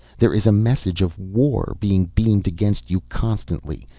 there is a message of war being beamed against you constantly.